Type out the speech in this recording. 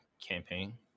campaign